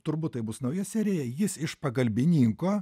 turbūt tai bus nauja serija jis iš pagalbininko